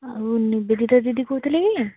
ଆଉ ନିବେଦିତା ଦିଦି କହୁଥିଲେ ଆଜ୍ଞା